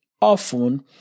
often